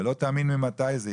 ולא תאמין ממתי זה,